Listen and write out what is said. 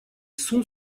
son